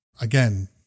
again